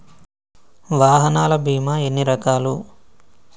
వాహనాల బీమా ఎన్ని రకాలు?